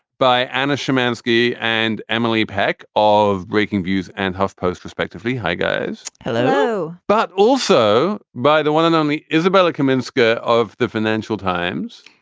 by anna shymansky and emily pack of breakingviews and huff post, respectively hi, guys. hello. but also by the one and only izabella kaminska of the financial times.